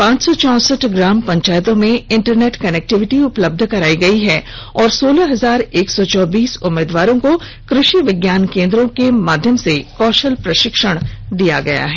पांच सौ चौंसठ ग्राम पंचायतों में इंटरनेट कनेक्टविटी उपलब्ध कराई गई है और सोलह हजार एक सौ चौबीस उम्मीदवारों को कृषि विज्ञान केन्द्रों के माध्यम से कौशल प्रशिक्षण दिया गया है